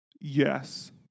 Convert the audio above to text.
Yes